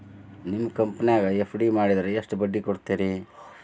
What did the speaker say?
ನಿಮ್ಮ ಕಂಪನ್ಯಾಗ ಎಫ್.ಡಿ ಮಾಡಿದ್ರ ಎಷ್ಟು ಬಡ್ಡಿ ಕೊಡ್ತೇರಿ?